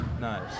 nice